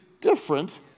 different